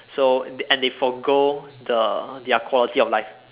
so and they and they forgo the their quality of life